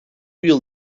yıl